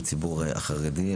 לציבור החרדי,